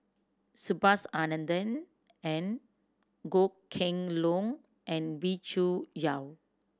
Subhas Anandan and Goh Kheng Long and Wee Cho Yaw